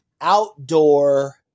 outdoor